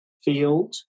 field